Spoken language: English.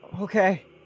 okay